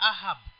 Ahab